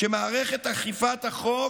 כשמערכת אכיפת החוק